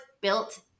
built